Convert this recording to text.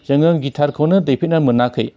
जोङो गिटारखौनो दैफेरनो मोनाखै